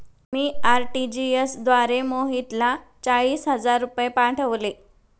मी RTGS द्वारे मोहितला चाळीस हजार रुपये पाठवले